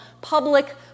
public